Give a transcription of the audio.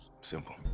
Simple